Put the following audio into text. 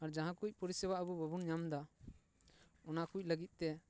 ᱡᱟᱦᱟᱸ ᱠᱚ ᱯᱚᱨᱤ ᱥᱮᱵᱟ ᱟᱵᱚ ᱵᱟᱵᱚᱱ ᱧᱟᱢ ᱮᱫᱟ ᱚᱱᱟ ᱠᱚ ᱞᱟᱹᱜᱤᱫ ᱛᱮ